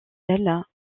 ailes